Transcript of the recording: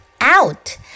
out